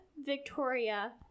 Victoria